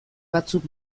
batzuk